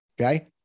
Okay